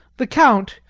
the count,